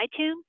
iTunes